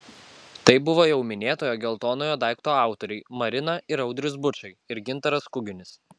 tai buvo jau minėtojo geltonojo daikto autoriai marina ir audrius bučai ir gintaras kuginis